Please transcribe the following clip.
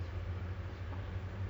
ya you have any